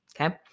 okay